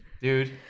Dude